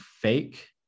fake